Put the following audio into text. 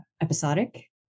episodic